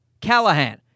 Callahan